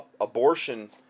abortion